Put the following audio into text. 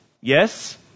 Yes